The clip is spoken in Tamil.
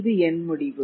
இது என் முடிவு